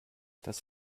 das